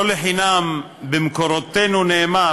לא לחינם במקורותינו נאמר,